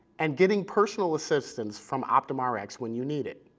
and getting personal assistance from optumrx when you need it.